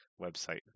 website